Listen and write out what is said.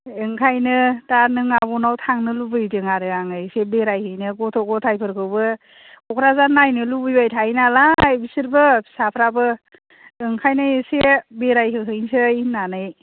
बेनिखायनो दा नों आब'नाव थांनो लुबैदों आरो आङो एसे बेरायहैनो गथ' गथायफोरखौबो क'क्राझार नायनो लुबैबाय थायोनालाय बिसोरबो फिसाफोराबो बेनिखायनो एसे बेरायहोहैनोसै होननानै